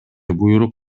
буйрук